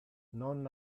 non